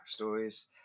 backstories